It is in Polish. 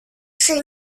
czy